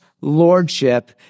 lordship